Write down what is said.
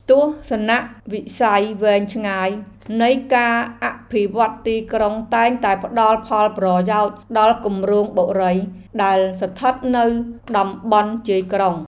ទស្សនវិស័យវែងឆ្ងាយនៃការអភិវឌ្ឍទីក្រុងតែងតែផ្តល់ផលប្រយោជន៍ដល់គម្រោងបុរីដែលស្ថិតនៅតំបន់ជាយក្រុង។